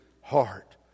heart